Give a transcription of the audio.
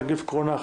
נגיף הקורונה החדש)